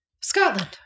Scotland